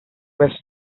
west